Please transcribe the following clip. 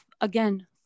again